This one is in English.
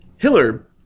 Hiller